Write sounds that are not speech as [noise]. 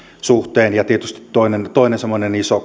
suhteen ja tietysti toinen toinen semmoinen iso [unintelligible]